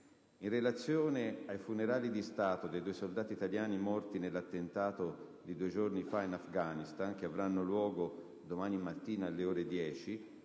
In relazione ai funerali di Stato dei due soldati italiani morti nell'attentato di due giorni fa in Afghanistan - che avranno luogo domani mattina alle ore 10